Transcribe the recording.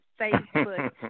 Facebook